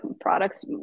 products